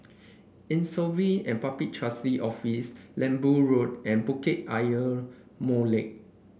Insolvency and Public Trustee Office Lembu Road and Bukit Ayer Molek